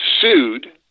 sued